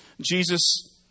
Jesus